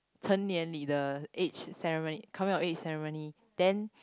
成年里 age ceremony coming of age ceremony then